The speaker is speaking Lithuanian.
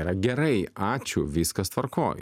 yra gerai ačiū viskas tvarkoj